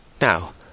Now